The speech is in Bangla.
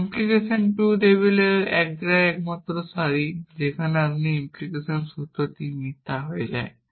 ইমপ্লিকেশন টু টেবিলের এটাই একমাত্র সারি যেখানে এই ইমপ্লিকেশন সূত্রটি মিথ্যা হয়ে যায়